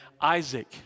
Isaac